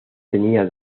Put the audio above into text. tenía